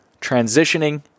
transitioning